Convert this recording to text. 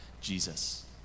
Jesus